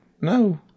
No